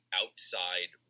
outside